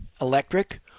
electric